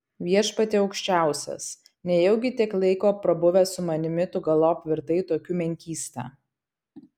viešpatie aukščiausias nejaugi tiek laiko prabuvęs su manimi tu galop virtai tokiu menkysta